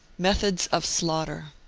methods of slaughter.